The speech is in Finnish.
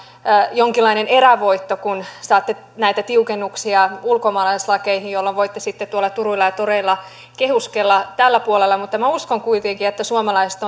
jonkinlainen erävoitto kun saatte näitä tiukennuksia ulkomaalaislakeihin jolloin voitte sitten tuolla turuilla ja toreilla kehuskella tällä puolella mutta minä uskon kuitenkin että suomalaiset